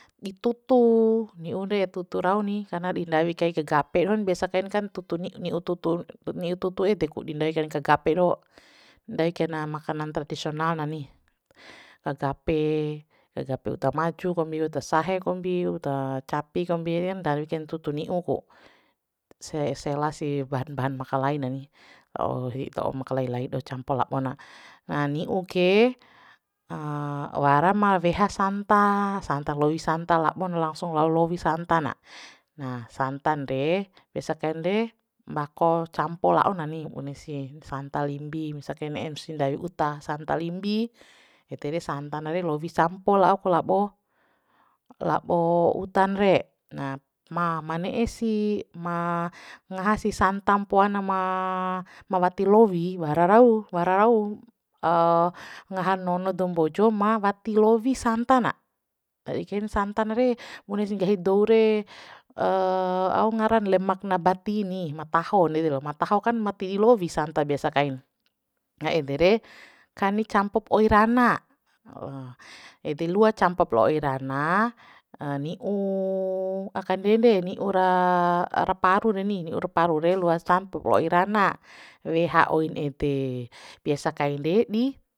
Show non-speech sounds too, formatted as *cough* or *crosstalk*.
Di tutu ni'un re tutu rau ni karna di *noise* ndawi kai kagape dohon biasa kain kan tutu ni *hesitation* ni'u tutu *hesitation* niu tut ede ku di ndawi kain kagape doho ndai kaina makanan tradisional na ni kagape kagepa uta maju kombi uta sahe kombi uta capi kombi ndawi kain tutu ni'u ku *hesitation* selasi sih bahan bahan ma kalai na ni *hesitation* *unintelligible* makalai lai doho campo labo na na ni'u ke *hesitation* wara ma reha santa santar lowi santa labon langsung lalowi santa na na santan re biasa kain re mbako campo la'o na ni bune si santa limbi misa kain ne'em si ndawi uta santa limbi ede re santa na re lowi campo la'o labo labo utan re na ma ma ne'e sih ma ngaha sih santa mpoa na ma *hesitation* mawati lowi wara rau wara rau *hesitation* ngahan nono dou mbojo ma wati lowi santa na nadi kain santa na re bune si nggahi dou re *hesitation* au ngaran lemak nabati ni ma taho ndede lo ma taho kan wati di lowi santa biasa kain *noise* nga ede re kani campop oi rana *hesitation* ede lua campop lo oi rana *hesitation* ni'u akan den de ni'u ra *hesitation* ra paru reni ni'ur paru re *noise* loa campo oi rana weha oin ede biasa kainde di